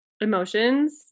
emotions